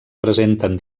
presenten